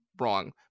wrong